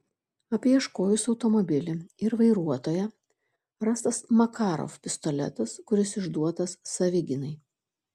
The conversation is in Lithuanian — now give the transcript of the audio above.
apieškojus automobilį ir vairuotoją rastas makarov pistoletas kuris išduotas savigynai